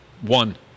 One